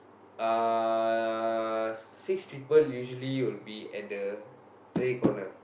uh six people usually will be at the tray corner